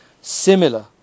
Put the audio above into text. similar